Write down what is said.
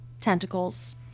tentacles